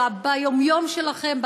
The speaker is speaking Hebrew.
אלא ביום-יום שלכם,